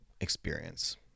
experience